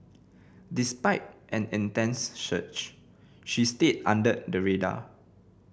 despite an intense search she stayed under the radar